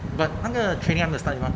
but 那个 training 还没有 start 对 mah